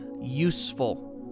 useful